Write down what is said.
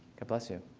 god bless you.